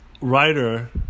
writer